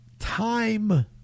time